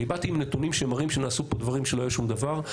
אני באתי עם נתונים שמראים שנעשו פה דברים כשלא היה שום דבר,